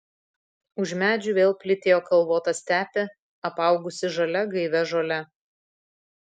už medžių vėl plytėjo kalvota stepė apaugusi žalia gaivia žole